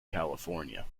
california